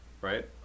right